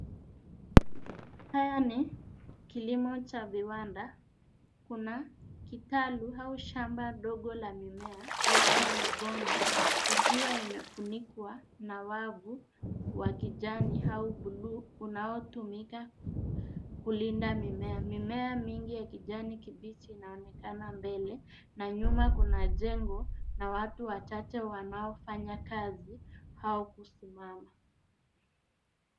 Haya ni kilimo cha viwanda. Kuna kikalu au shamba dogo la mimea, labda migomba ikiwa imefunikwa na wavu wa kijani au buluu unaotumika kulinda mimea. Mimea mingi ya kijani kibichi inaonekana mbele na nyuma kuna jengo na watu wachache wanaofanya kazi au kusimama.